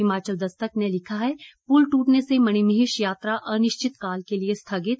हिमाचल दस्तक ने लिखा है पुल ट्रटने से मणिमहेश यात्रा अनिश्चितकाल के लिये स्थगित